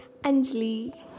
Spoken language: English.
Anjali